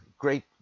Great